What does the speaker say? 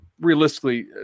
realistically